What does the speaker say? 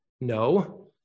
No